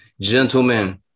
Gentlemen